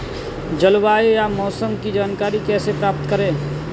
जलवायु या मौसम की जानकारी कैसे प्राप्त करें?